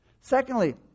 Secondly